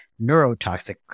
neurotoxic